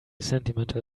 sentimental